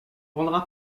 vendra